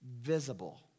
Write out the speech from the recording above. visible